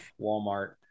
Walmart